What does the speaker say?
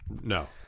No